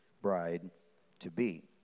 bride-to-be